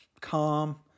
calm